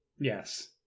Yes